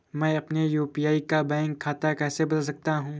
मैं अपने यू.पी.आई का बैंक खाता कैसे बदल सकता हूँ?